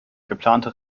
geplante